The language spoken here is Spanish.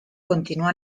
continua